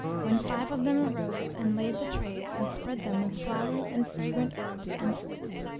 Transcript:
when five of them arose and laid the trays and spread them with flowers and fragrant herbs and fruits,